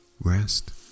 rest